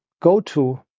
go-to